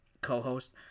co-host